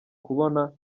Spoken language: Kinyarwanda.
kubona